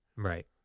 Right